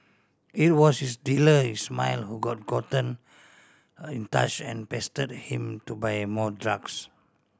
it was his dealer Ismail who got gotten in touch and pestered him to buy more drugs